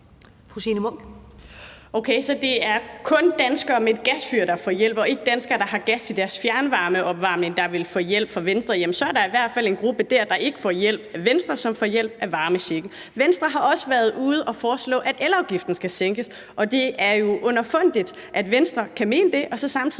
så det er kun danskere med et gasfyr, der får hjælp, og ikke danskere, der har gas i deres fjernvarmeopvarmning, der vil få hjælp fra Venstre. Så er der i hvert fald en gruppe der, der ikke får hjælp af Venstre, men som får hjælp af varmechecken. Venstre har også været ude og foreslå, at elafgiften skal sænkes. Det er jo underfundigt, at Venstre kan mene det og så samtidig ikke er